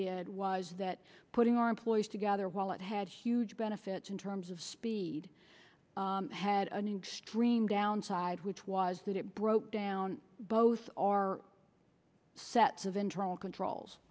did was that putting our employees together while it had huge benefits in terms of speed had an extreme downside which was that it broke down both our sets of internal controls